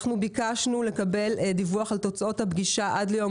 אנחנו ביקשנו לקבל דיווח על תוצאות הפגישה עד ליום